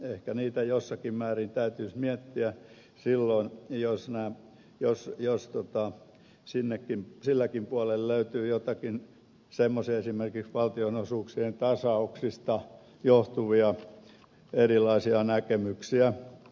ehkä niitä jossakin määrin täytyisi miettiä silloin jos näin jossa jo istuttaa sillä kim silläkin puolella löytyy joitakin esimerkiksi valtionosuuksien tasauksista johtuvia erilaisia näkemyksiä